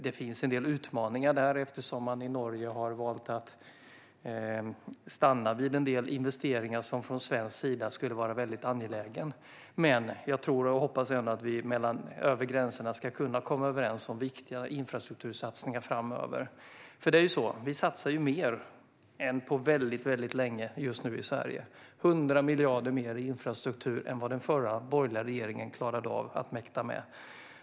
Det finns en del utmaningar eftersom man i Norge har valt att stanna vid en del investeringar som för Sveriges del skulle vara väldigt angelägna. Men jag tror och hoppas ändå att vi över gränsen ska kunna komma överens om viktiga infrastruktursatsningar framöver. Vi satsar just nu mer än på väldigt länge i Sverige. Det är 100 miljarder mer i fråga om infrastruktur än vad den förra borgerliga regeringen mäktade med.